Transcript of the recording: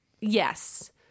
yes